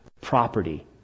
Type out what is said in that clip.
Property